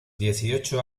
dieciocho